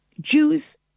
Jews